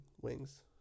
wings